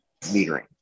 metering